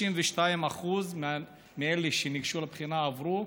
32% מאלה שניגשו לבחינה עברו,